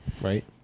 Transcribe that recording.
Right